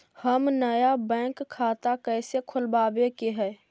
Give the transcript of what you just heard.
हम नया बैंक खाता कैसे खोलबाबे के है?